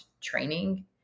training